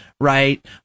right